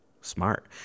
smart